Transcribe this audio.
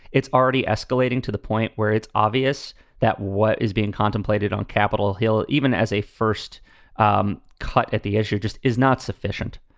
it's already escalating to the point where it's obvious that what is being contemplated on capitol hill, even as a first um cut cut at the issue, just is not sufficient.